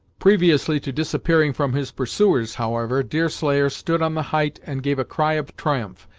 previously to disappearing from his pursuers, however, deerslayer stood on the height and gave a cry of triumph,